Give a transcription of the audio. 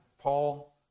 Paul